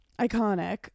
Iconic